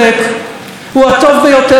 הוא הטוב ביותר לישראל.